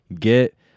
get